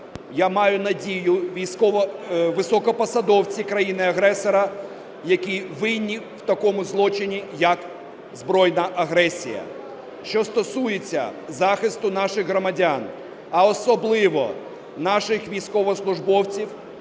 я маю надію, високопосадовці країни-агресора, які винні в такому злочині як збройна агресія. Що стосується захисту наших громадян, а особливо наших військовослужбовців,